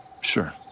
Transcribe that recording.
Sure